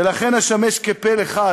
ולכן אשמש כפה לך,